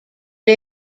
but